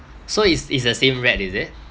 so is is the same rat is it